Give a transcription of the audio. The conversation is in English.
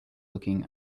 looking